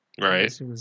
Right